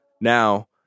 Now